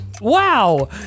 Wow